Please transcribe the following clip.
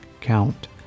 count